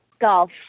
Golf